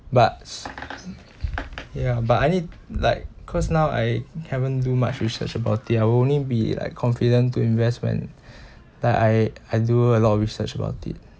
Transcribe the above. but ya but I need like cause now I haven't do much research about it I'll only be like confident to investment that I I do a lot of research about it